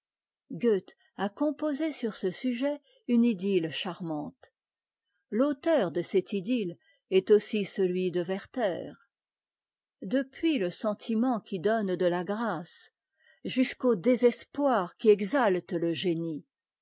a composé sur ce sujet une idy e charmante l'auteur de cette idylle est aussi ce ui de werther ï e puis le sentiment qui donne de la grâce jusqu'au désespoir qui exalte le génie